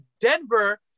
Denver